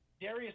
Darius